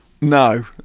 no